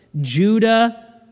Judah